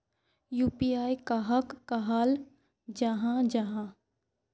UPI कहाक कहाल जाहा जाहा?